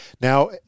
now